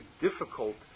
difficult